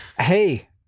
Hey